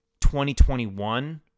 2021